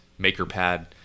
MakerPad